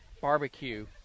barbecue